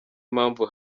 impamvu